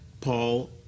Paul